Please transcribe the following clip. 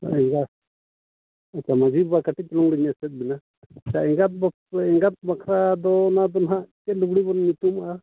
ᱮᱸᱜᱟ ᱢᱟᱺᱡᱷᱤ ᱵᱟᱵᱟ ᱠᱟᱹᱴᱤᱡ ᱪᱩᱞᱩᱝ ᱞᱤᱧ ᱮᱥᱮᱫ ᱵᱮᱱᱟ ᱟᱪᱪᱷᱟ ᱮᱸᱜᱟᱛ ᱮᱸᱜᱟᱛ ᱵᱟᱠᱷᱟᱨᱟᱫᱚ ᱚᱱᱟ ᱫᱚ ᱱᱟᱦᱟᱜ ᱪᱮᱫ ᱞᱩᱜᱽᱲᱤ ᱵᱚᱱ ᱧᱩᱛᱩᱢᱟᱜᱼᱟ